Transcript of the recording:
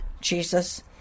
jesus